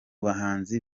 bahanzi